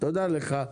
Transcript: תודה לך.